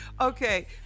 Okay